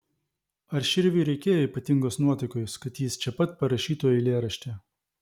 ar širviui reikėjo ypatingos nuotaikos kad jis čia pat parašytų eilėraštį